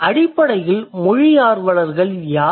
அடிப்படையில் மொழி ஆர்வலர்கள் யார்